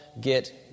get